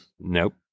Nope